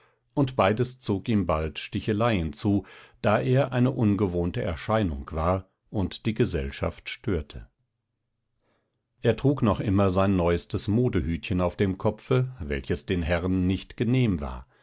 und beides zog ihm bald sticheleien zu da er eine ungewohnte erscheinung war und die gesellschaft störte er trug immer noch sein neuestes modehütchen auf dem kopfe welches den herren nicht genehm war